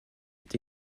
est